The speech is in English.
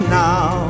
now